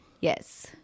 Yes